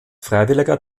freiwilliger